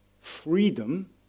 freedom